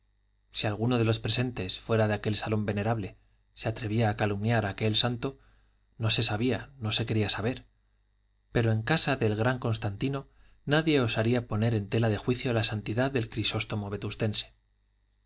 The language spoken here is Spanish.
si alguno de los presentes fuera de aquel salón venerable se atrevía a calumniar a aquel santo no se sabía no se quería saber pero en casa del gran constantino nadie osaría poner en tela de juicio la santidad del crisóstomo vetustense